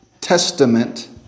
Testament